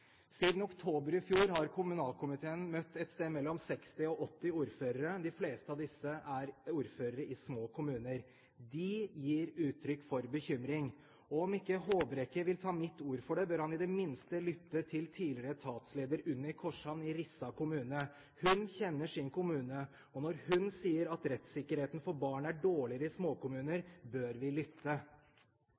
Siden oktober i fjor har kommunalkomiteen møtt et sted mellom 60 og 80 ordførere, og de fleste av disse er ordførere i små kommuner. De gir uttrykk for bekymring. Om ikke Håbrekke vil ta mitt ord for det, bør han i det minste lytte til tidligere etatsleder Unni Korshavn i Rissa kommune. Hun kjenner sin kommune, og når hun sier at rettssikkerheten for barn er dårligere i små kommuner, bør vi lytte.